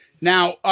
Now